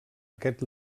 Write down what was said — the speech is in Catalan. aquest